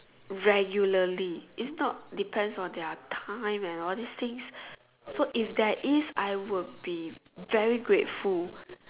regularly if not depends on their time and all these things so if there is I will be very grateful